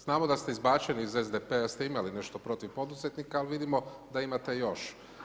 Znamo da ste izvučeni iz SDP-a da ste imali nešto protiv poduzetnika, ali vidimo da imate još.